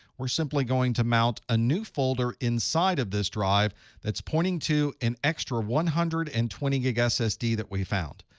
we're simply going to mount a new folder inside of this drive that's pointing to an extra one hundred and twenty gig ssd that we found.